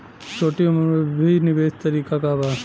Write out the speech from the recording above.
छोटी उम्र में भी निवेश के तरीका क बा?